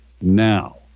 now